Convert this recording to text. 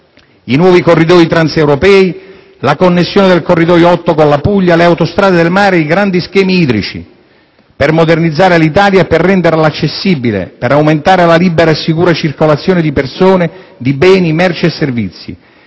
i nuovi Corridoi transeuropei, la connessione del Corridoio 8 con la Puglia, le autostrade del mare, i grandi schemi idrici. Tutto ciò per modernizzare l'Italia e per renderla accessibile, per aumentare la libera e sicura circolazione di persone, di beni, merci e servizi;